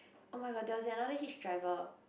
oh-my-god there was another hitch driver